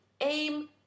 aim